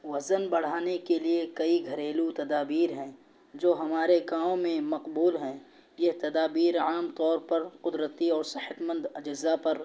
وزن بڑھانے کے لیے کئی گھریلو تدابیر ہیں جو ہمارے گاؤں میں مقبول ہیں یہ تدابیر عام طور پر قدرتی اور صحت مند اجزا پر